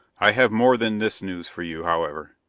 i have more than this news for you, however,